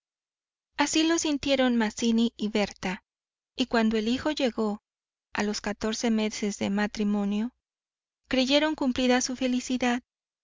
así lo sintieron mazzini y berta y cuando el hijo llegó a los catorce meses de matrimonio creyeron cumplida su felicidad